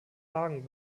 hagen